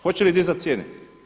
Hoće li dizati cijene?